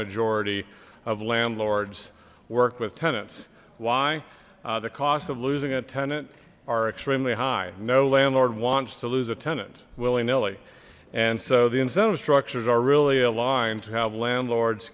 majority of landlords worked with tenants why the cost of losing a tenant are extremely high no landlord wants to lose a tenant willy nilly and so the incentive structures are really aligned to have landlords